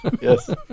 Yes